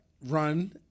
run